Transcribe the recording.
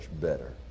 better